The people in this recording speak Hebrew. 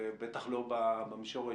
בטח לא במישור האישי.